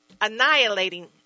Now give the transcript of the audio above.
annihilating